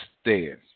stairs